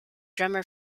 drummer